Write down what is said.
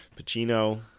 Pacino